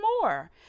more